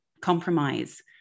compromise